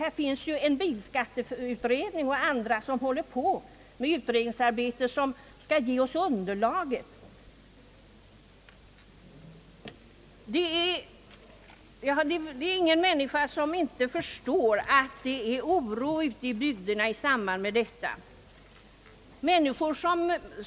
Här finns en bilskatteutredning och andra utredningar som skall ge oss underlaget för att nå en sådan målsättning. Alla torde vara på det klara med att det råder oro ute i bygderna i samband med järnvägsnedläggelser.